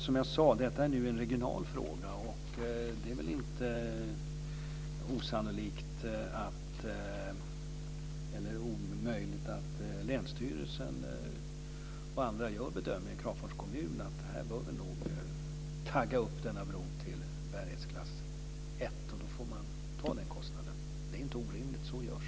Som jag sade är detta nu en regional fråga, och det är inte omöjligt att länsstyrelsen och Kramfors kommun gör bedömningen att man bör "tagga upp" denna bro till bärighetsklass 1. Då får man ta den kostnaden. Det är inte orimligt - så görs.